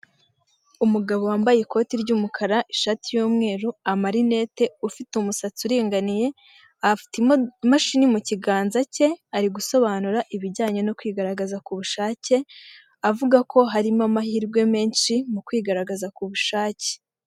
Umugabo wambaye ikoti ry'umukara ishati y'umweru, amarinette ufite umusatsi uringaniye, afite imashini mu kiganza cye ari gusobanura ibijyanye no kwigaragaza ku bushake, avuga ko harimo amahirwe menshi mu kwigaragaza ku bushake.